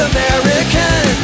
American